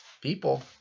People